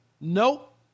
Nope